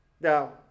Now